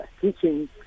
teaching